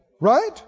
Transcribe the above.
right